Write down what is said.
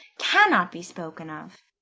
cannot be spoken of.